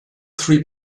three